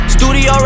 Studio